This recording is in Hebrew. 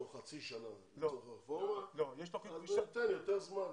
תוך חצי שנה לצורך הרפורמה אז ניתן יותר זמן.